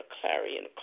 clarion